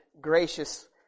gracious